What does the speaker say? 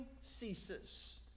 ceases